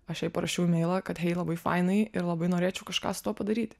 aš jai parašiau imailą kad jai labai fainai ir labai norėčiau kažką su tuo padaryti